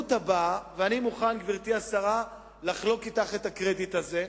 ואני מוכן, גברתי השרה, לחלוק אתך את הקרדיט הזה,